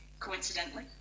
Coincidentally